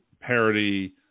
parody